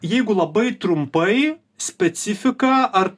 jeigu labai trumpai specifiką ar